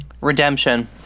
Redemption